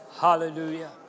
Hallelujah